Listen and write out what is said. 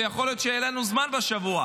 ויכול להיות שיהיה לנו זמן השבוע,